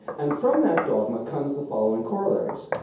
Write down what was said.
and from that dogma comes the following corollaries.